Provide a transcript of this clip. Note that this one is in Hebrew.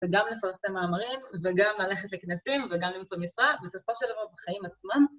וגם לפרסם מאמרים וגם ללכת לכנסים וגם למצוא משרה, בסופו של דבר בחיים עצמם.